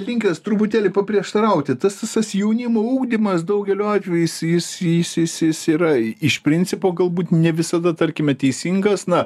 linkęs truputėlį paprieštarauti tas visas jaunimo ugdymas daugeliu atveju jis jis jis jis jis yra i iš principo galbūt ne visada tarkime teisingas na